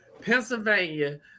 Pennsylvania